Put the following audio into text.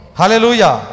Hallelujah